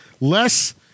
Less